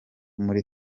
muri